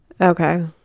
Okay